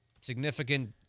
significant